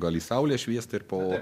gali saulės šviesa ir po